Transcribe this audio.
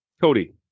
Cody